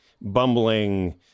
bumbling